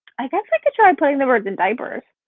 i guess i could try putting the birds in diapers.